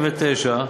89),